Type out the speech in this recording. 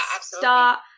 start